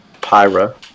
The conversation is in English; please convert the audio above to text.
Pyra